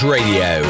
Radio